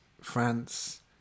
France